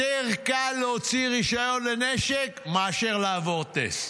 יותר קל להוציא רישיון לנשק מאשר לעבור טסט.